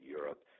Europe